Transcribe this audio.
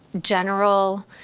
general